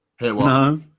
No